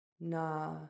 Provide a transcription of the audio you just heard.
na